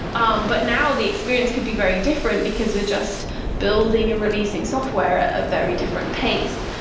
um but now, the experience could be very different, because we're just building and releasing software a very different pace.